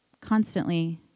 constantly